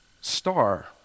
star